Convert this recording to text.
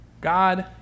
God